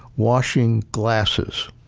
washing glasses.